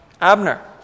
Abner